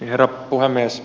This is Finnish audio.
herra puhemies